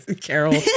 Carol